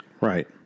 Right